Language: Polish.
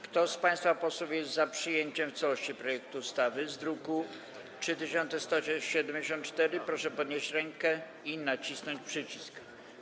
Kto z państwa posłów jest za przyjęciem w całości projektu ustawy w brzmieniu z druku nr 3174, proszę podnieść rękę i nacisnąć przycisk.